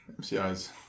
MCI's